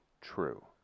true